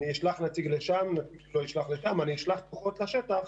אני אשלח כוחות לשטח